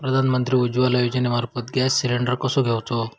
प्रधानमंत्री उज्वला योजनेमार्फत gas cylinder कसो घेऊचो?